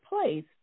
place